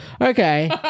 Okay